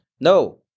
No